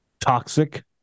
toxic